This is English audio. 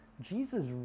Jesus